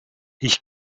ich